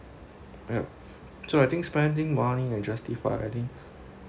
yup so I think spending money and justify I think